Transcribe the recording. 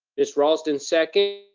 miss raulston seconds.